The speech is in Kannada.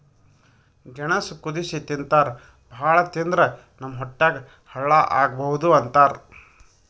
ಗೆಣಸ್ ಕುದಸಿ ತಿಂತಾರ್ ಭಾಳ್ ತಿಂದ್ರ್ ನಮ್ ಹೊಟ್ಯಾಗ್ ಹಳ್ಳಾ ಆಗಬಹುದ್ ಅಂತಾರ್